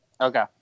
Okay